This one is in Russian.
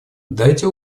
дайте